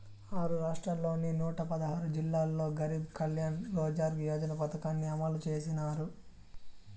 ఆరు రాష్ట్రాల్లోని నూట పదహారు జిల్లాల్లో గరీబ్ కళ్యాణ్ రోజ్గార్ యోజన పథకాన్ని అమలు చేసినారు